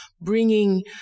bringing